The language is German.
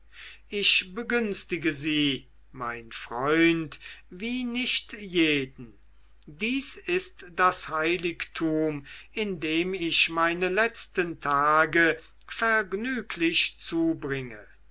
ich begünstige sie mein freund wie nicht jeden dies ist das heiligtum in dem ich meine letzten tage vergnüglich zubringe